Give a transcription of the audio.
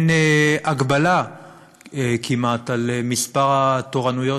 כמעט אין הגבלה על מספר התורנויות